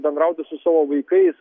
bendrauti su savo vaikais